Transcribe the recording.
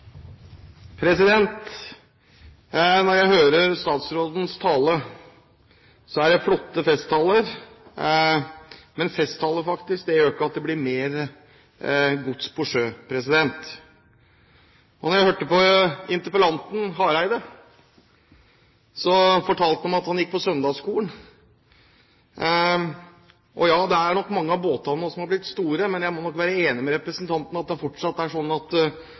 blir mer transport av gods på sjøen. Og da jeg hørte på interpellanten Hareide, fortalte han at han hadde gått på søndagsskolen. Ja, det er nok mange av båtene som er blitt store, men jeg må være enig med representanten i at det fortsatt er slik at skipene fortsatt er